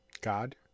God